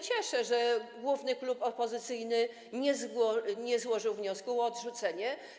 Cieszę się, że główny klub opozycyjny nie złożył wniosku o odrzucenie.